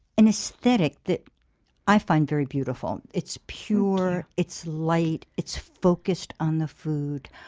an aesthetic that i find very beautiful. it's pure, it's light, it's focused on the food.